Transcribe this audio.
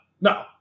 no